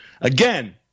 Again